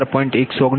હવેI24V2f V4f j0